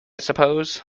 suppose